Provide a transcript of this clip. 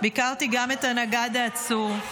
ביקרתי גם את הנגד העצור,